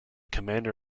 commander